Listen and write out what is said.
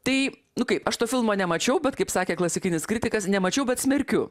tai kaip aš to filmo nemačiau bet kaip sakė klasikinis kritikas nemačiau bet smerkiu